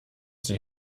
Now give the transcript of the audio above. sich